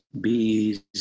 bees